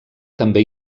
també